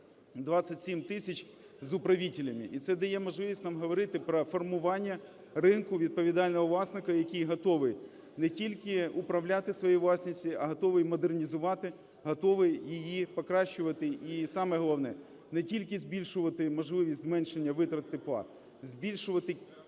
27 тисяч з управителями, і це дає можливість нам говорити про формування ринку відповідального власника, який готовий не тільки управляти своєю власністю, а готовий модернізувати, готовий її покращувати. І, саме головне, не тільки збільшувати можливість зменшень витрат тепла, збільшувати